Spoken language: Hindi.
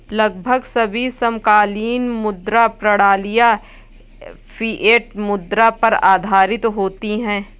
लगभग सभी समकालीन मुद्रा प्रणालियाँ फ़िएट मुद्रा पर आधारित होती हैं